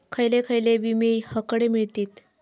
खयले खयले विमे हकडे मिळतीत?